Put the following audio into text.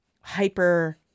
hyper